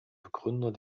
begründer